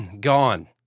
gone